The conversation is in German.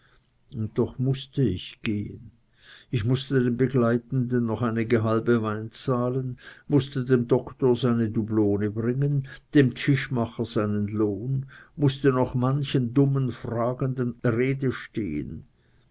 und doch mußte ich gehen ich mußte den begleitenden noch einige halbe wein zahlen mußte dem doktor seine dublone bringen dem tischmacher seinen lohn mußte noch manchem dummen fragenden rede stehen